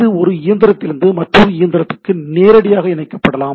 இது ஒரு இயந்திரத்திலிருந்து மற்றொரு இயந்திரத்திற்கு நேரடியாக இணைக்கப்படலாம்